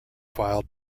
file